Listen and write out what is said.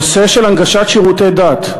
נושא של הנגשת שירותי דת,